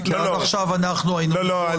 כי עד עכשיו אנחנו היינו מזועזעים --- לא, לא.